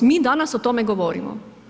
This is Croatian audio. Mi danas o tome govorimo.